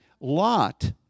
Lot